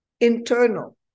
internal